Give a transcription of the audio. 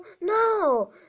no